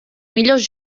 millors